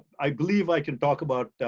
i believe i can talk about